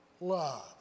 love